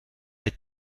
est